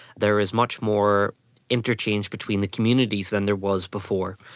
there is much more interchange between the communities than there was before,